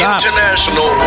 International